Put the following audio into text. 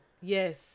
Yes